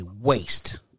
waste